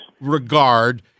regard